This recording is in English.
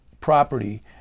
property